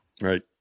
Right